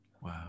Wow